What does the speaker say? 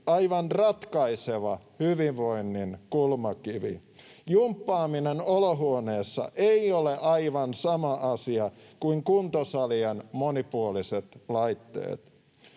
aivan ratkaiseva hyvinvoinnin kulmakivi. Jumppaaminen olohuoneessa ei ole aivan sama asia kuin kuntosalien monipuoliset laitteet.